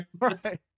right